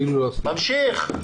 התוכנית ממשיכה.